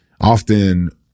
Often